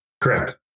Correct